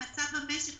מצב המשק,